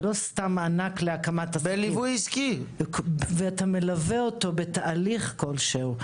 ולא סתם מענק להקמה: אתה מלווה אותו בתהליך כלשהו,